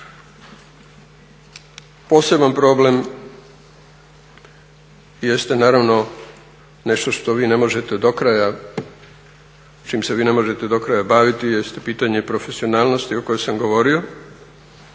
Poseban problem jeste naravno nešto što vi ne možete do kraja, čim se vi ne možete do kraja baviti jeste pitanje profesionalnosti o kojoj sam govorio